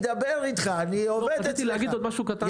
רציתי להגיד עוד משהו קטן לפרוטוקול.